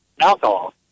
alcohol